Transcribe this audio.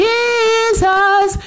Jesus